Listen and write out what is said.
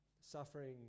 suffering